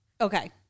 okay